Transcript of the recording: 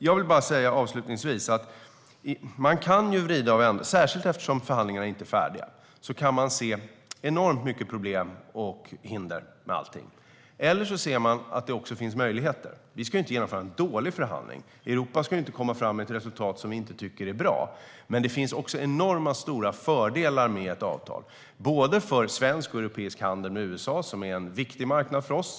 Jag vill bara avslutningsvis säga att eftersom förhandlingarna inte är färdiga så kan man se enormt mycket problem och hinder med allting - eller så ser man att det också finns möjligheter. Vi ska ju inte genomföra en dålig förhandling. Europa ska inte komma fram med ett resultat som vi inte tycker är bra. Men det finns också enormt stora fördelar med ett avtal, för både svensk och europeisk handel, med USA som är en viktig marknad för oss.